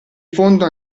fondo